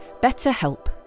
BetterHelp